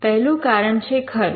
પહેલું કારણ છે ખર્ચ